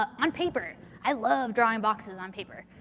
ah on paper, i love drawing boxes on paper.